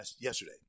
yesterday